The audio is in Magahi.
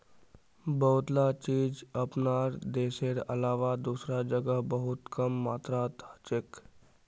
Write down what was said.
बहुतला चीज अपनार देशेर अलावा दूसरा जगह बहुत कम मात्रात हछेक